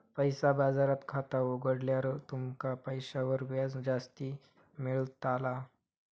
पैसा बाजारात खाता उघडल्यार तुमका पैशांवर व्याज जास्ती मेळताला